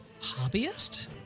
Hobbyist